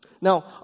Now